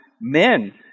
men